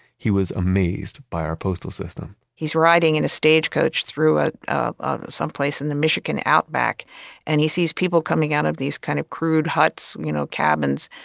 he was amazed by our postal system he's riding in a stage coach through ah someplace in the michigan outback and he sees people coming out of these kind of crude huts, you know, cabins,